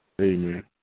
Amen